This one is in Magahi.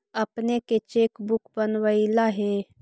अपने के चेक बुक बनवइला हे